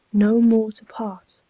no more to part,